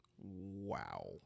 Wow